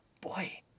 boy